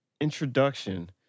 introduction